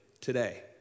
today